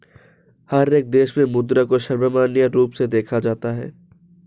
हर एक देश में मुद्रा को सर्वमान्य रूप से देखा जाता है